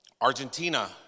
Argentina